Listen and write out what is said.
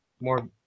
more